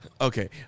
Okay